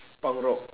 punk rock